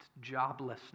joblessness